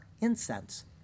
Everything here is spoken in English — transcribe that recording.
incense